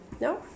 No